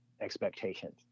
expectations